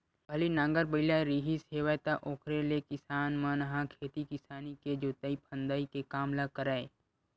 पहिली नांगर बइला रिहिस हेवय त ओखरे ले किसान मन ह खेती किसानी के जोंतई फंदई के काम ल करय